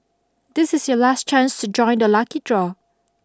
this is your last chance to join the lucky draw